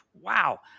wow